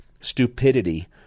stupidity